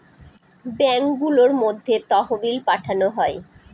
ব্যাঙ্কগুলোর মধ্যে তহবিল পাঠানো হয়